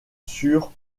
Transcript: sur